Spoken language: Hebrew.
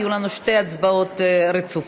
יהיו לנו שתי הצבעות רצופות.